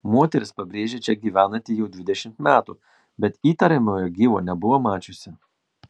moteris pabrėžia čia gyvenanti jau dvidešimt metų bet įtariamojo gyvo nebuvo mačiusi